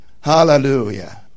Hallelujah